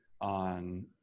on